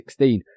16